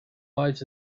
lights